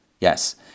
Yes